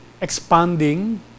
expanding